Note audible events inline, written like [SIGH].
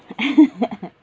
[LAUGHS]